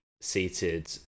seated